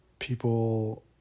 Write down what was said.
People